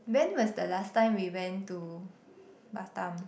when was the last time we went to batam